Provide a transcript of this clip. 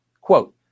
quote